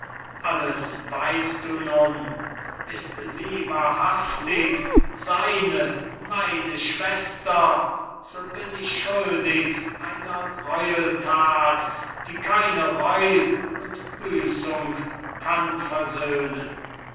armen alles weißt du nun ist sie wahrhaftig seine meine schwester so bin ich schuldig einer gräuelthat die keine reu und büßung kann versöhnen